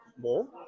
more